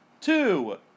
two